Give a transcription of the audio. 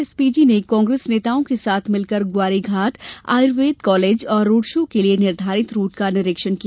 SPG ने कांग्रेस नेताओं के साथ मिलकर ग्वारीघाट आयुर्वेद कॉलेज और रोड शो के लिए निर्धारित रूट का निरीक्षण किया